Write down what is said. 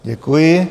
Děkuji.